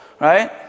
right